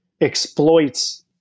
exploits